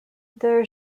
their